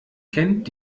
kennt